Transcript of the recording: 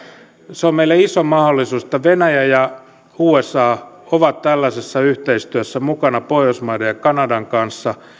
se on meille iso mahdollisuus että venäjä ja usa ovat tällaisessa yhteistyössä mukana pohjoismaiden ja kanadan kanssa